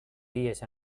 vies